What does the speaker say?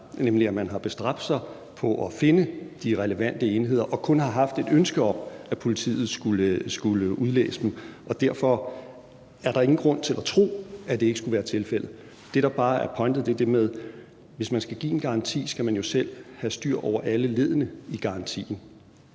nemlig at man har bestræbt sig på at finde de relevante enheder og kun har haft et ønske om, at politiet skulle udlæse dem, og derfor er der ingen grund til at tro, at det ikke skulle være tilfældet. Det, der bare er pointen, er, at hvis man skal give en garanti, skal man jo selv have styr på alle leddene i garantien,